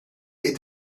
est